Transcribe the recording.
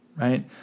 right